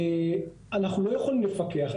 אנחנו לא יכולים לפקח.